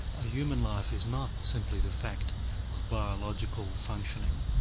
a human life is not simply the fact of biological functioning,